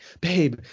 babe